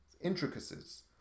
intricacies